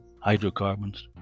hydrocarbons